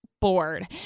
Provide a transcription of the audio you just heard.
bored